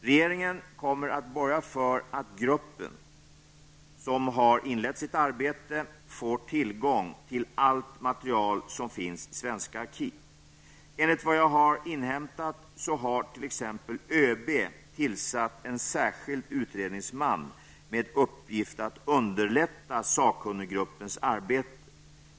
Regeringen kommer att borga för att gruppen, som har inlett sitt arbete, får tillgång till allt material som finns i svenska arkiv. Enligt vad jag har inhämtat har t.ex. ÖB tillsatt en särskild utredningsman med uppgift att underlätta sakkunniggruppens arbete.